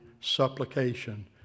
supplication